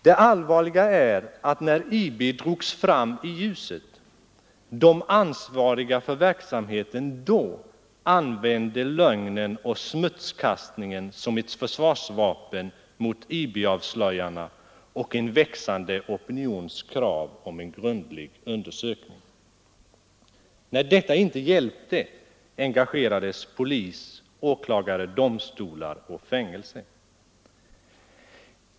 Det allvarliga är att när IB drogs fram i ljuset de ansvariga för verksamheten då använde lögnen och smutskastningen som försvarsvapen mot IB-avslöjarna och en växande opinions krav om en grundlig undersökning. När detta inte hjälpte engagerades polis, åklagare, domstolar och fängelse.